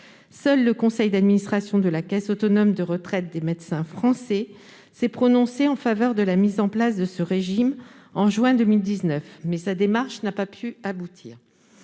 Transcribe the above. seul le conseil d'administration de la Caisse autonome de retraite des médecins de France (CARMF) s'est prononcé en faveur de la mise en place de ce régime en juin 2019, mais sa démarche n'a pu aboutir.